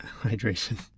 Hydration